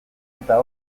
eta